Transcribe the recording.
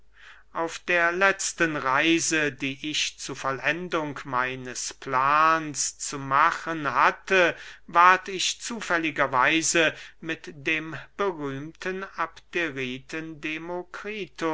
auf der letzten reise die ich zu vollendung meines plans zu machen hatte ward ich zufälliger weise mit dem berühmten abderiten demokritus